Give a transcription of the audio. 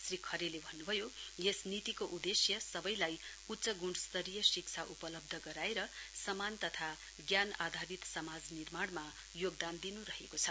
श्री खरेले भन्नुभयो यस नीतिको उद्देश्य सबैलाई उच्चगुणस्तरीय शिक्षा उपलब्ध गराएर समान तथा ज्ञान आधारित समाज निर्माण मा योगदान दिनु रहेको छ